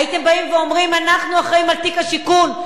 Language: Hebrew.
הייתם באים ואומרים: אנחנו אחראים על תיק השיכון,